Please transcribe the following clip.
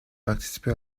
participé